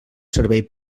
servei